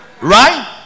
Right